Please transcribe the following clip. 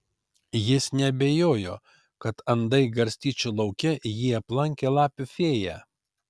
jis neabejojo kad andai garstyčių lauke jį aplankė lapių fėja